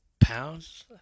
pounds